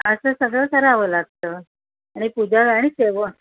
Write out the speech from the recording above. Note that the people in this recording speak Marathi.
असं सगळं करावं लागतं आणि पूजा आणि सेवन